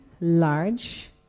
large